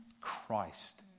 Christ